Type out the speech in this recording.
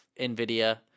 NVIDIA